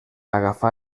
agafà